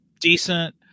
decent